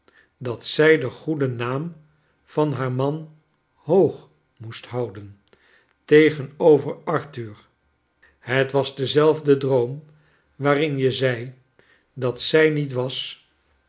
dat zij den goeden naam van haar man hoog moest houden tegenover arthur ilet was dezelfde droom waarin je zei dat ij niet was